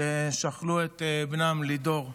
ששכלו את בנם לידור,